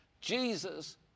Jesus